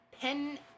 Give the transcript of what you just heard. pen